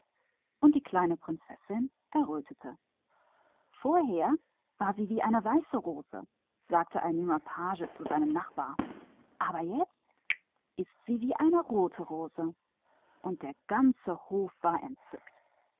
und die kleine prinzessin errötete sie war wie eine weiße rose sagte ein junger page zu einem andern nun ist sie wie eine rote rose und der ganze hof war entzückt